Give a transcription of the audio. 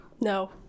No